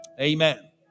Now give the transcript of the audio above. Amen